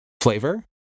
flavor